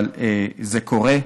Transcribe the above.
אבל זה קורה.